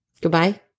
Goodbye